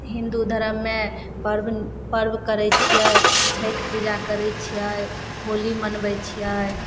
हिन्दू धर्ममे पर्व पर्व करय छियै छठि पूजा करय छियै होली मनबय छियै